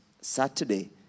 Saturday